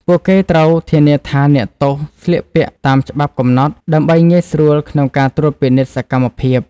ពួកគេត្រូវធានាថាអ្នកទោសស្លៀកពាក់តាមច្បាប់កំណត់ ដើម្បីងាយស្រួលក្នុងការត្រួតពិនិត្យសកម្មភាព។